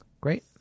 Great